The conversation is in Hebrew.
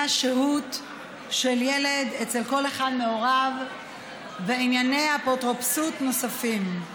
השהות של ילד אצל כל אחד מהוריו וענייני אפוטרופסות נוספים.